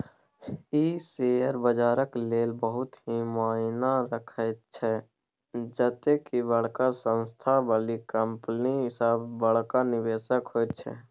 ई share बजारक लेल बहुत ही मायना रखैत छै जते की बड़का संस्था बला कंपनी सब बड़का निवेशक होइत छै